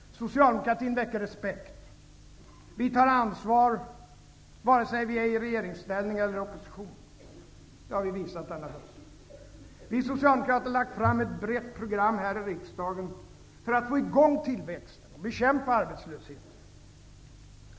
Socialdemokratin väcker respekt. Vi socialdemokrater tar ansvar, vare sig vi är i regeringsställning eller i opposition -- det har vi visat denna höst. Vi socialdemokrater har lagt fram ett brett program här i riksdagen för att få i gång tillväxten och bekämpa arbetslösheten.